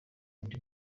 undi